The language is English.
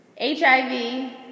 HIV